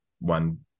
one